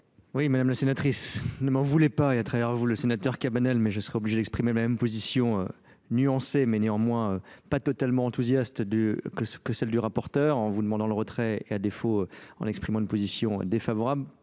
Mᵐᵉ la sénatrice, ne m'en voulez pas à travers vous le sénateur Cabane, mais je serai obligé d'exprimer la même position nuancée mais néanmoins position nuancée mais néanmoins pas totalement enthousiaste de que celle du rapporteur, en vous demandant le retrait et à défaut en exprimant une position défavorable